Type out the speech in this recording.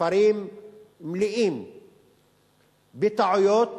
הספרים מלאים בטעויות